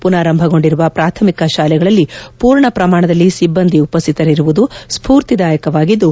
ಪುನರಾರಂಭಗೊಂಡಿರುವ ಪ್ರಾಥಮಿಕ ಶಾಲೆಗಳಲ್ಲಿ ಪೂರ್ಣ ಪ್ರಮಾಣದಲ್ಲಿ ಸಿಬ್ಲಂದಿ ಉಪಸ್ಥಿತರಿರುವುದು ಸ್ಪೂರ್ತಿದಾಯಕವಾಗಿದ್ದು